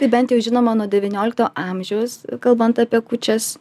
tai bent jau žinoma nuo devyniolikto amžiaus kalbant apie kūčias